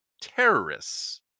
terrorists